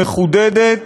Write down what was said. מחודדת,